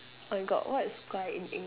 my god what is 乖 in eng~